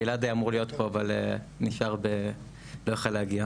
גלעד היה אמור להיות פה, אבל לא יכל להגיע.